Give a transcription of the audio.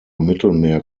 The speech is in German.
mittelmeer